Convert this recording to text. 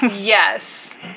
Yes